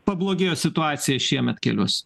pablogėjo situacija šiemet keliuos